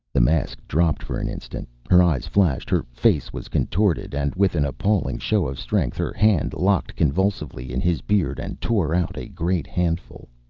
the mask dropped for an instant her eyes flashed, her face was contorted and with an appalling show of strength her hand locked convulsively in his beard and tore out a great handful.